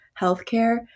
healthcare